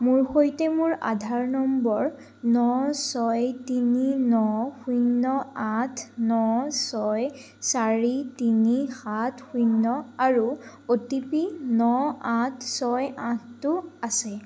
মোৰ সৈতে মোৰ আধাৰ নম্বৰ ন ছয় তিনি ন শূন্য আঠ ন ছয় চাৰি তিনি সাত শূন্য আৰু অ' টি পি ন আঠ ছয় আঠটো আছে